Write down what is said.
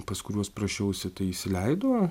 pas kuriuos prašiausi įsileido